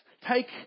Take